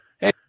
hey